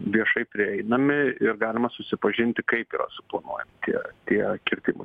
viešai prieinami ir galima susipažinti kaip yra suplanuojami tie tie kirtimai